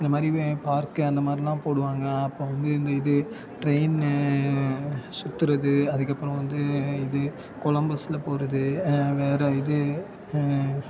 இந்த மாதிரி பார்க்கு அந்த மாதிரிலாம் போடுவாங்க அப்புறம் வந்து இந்த இது ட்ரெயின்னு சுத்துறது அதுக்கப்புறம் வந்து இது கொலம்பஸில் போகிறது வேறு இது